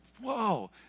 whoa